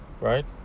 right